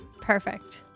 Perfect